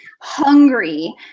hungry